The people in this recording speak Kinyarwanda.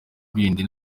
bindi